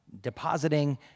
depositing